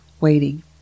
waiting